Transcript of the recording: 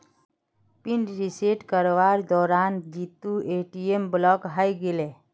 pin reset करवार दौरान जीतूर ए.टी.एम ब्लॉक हइ गेले